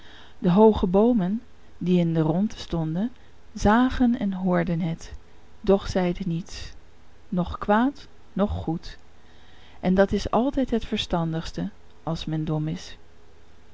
de hooge boomen die in de rondte stonden zagen en hoorden het doch zeiden niets noch kwaad noch goed en dat is altijd het verstandigste als men dom is